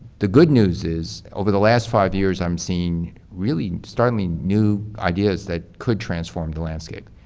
the good news is over the last five years, i'm seeing really startling new ideas that could transform the landscape.